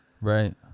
Right